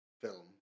film